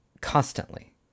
constantly